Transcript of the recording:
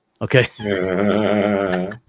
okay